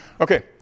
Okay